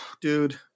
Dude